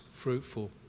fruitful